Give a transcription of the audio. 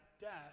death